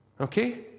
Okay